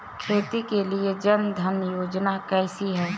खेती के लिए जन धन योजना कैसी है?